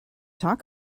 talk